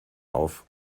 auf